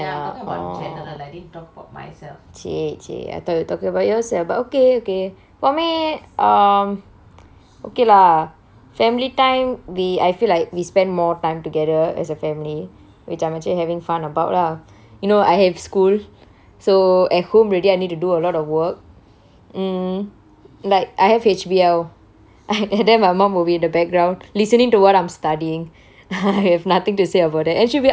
!chey! !chey! I thought you were talking about yourself but okay okay for me um okay lah family time we I feel like we spend more time together as a family which I'm actually having fun about ah you know I have school so at home already I need to do a lot of work mm like I have H_B_L and then my mum will be at the background listening to what I'm studying I have nothing to say about that and she will be answering the questions that my teacher is like asking me